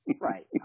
Right